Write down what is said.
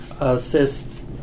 assist